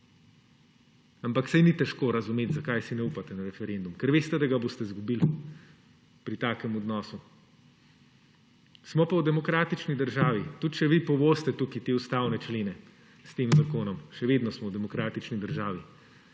ampak saj ni težko razumeti, zakaj si ne upate na referendum – ker veste, da ga boste izgubili pri takem odnosu. Smo pa v demokratični državi. Tudi če vi povozite te ustavne člene s tem zakonom, smo še vedno v demokratični državi.